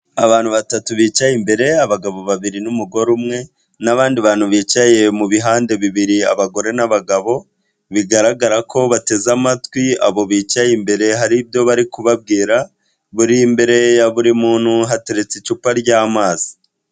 Abantu batatu bicaye imbere abagabo babiri n'umugore umwe n'abandi bantu bicaye mu bihande bibiri abagore n'abagabo bigaragara ko bateze amatwi, abo bicaye imbere hari ibyo bari kubabwira, buri imbere ya buri muntu hateretse icupa ry'amazi.